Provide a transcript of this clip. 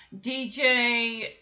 DJ